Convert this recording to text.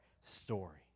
story